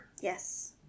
yes